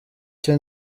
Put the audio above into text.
cyo